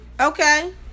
Okay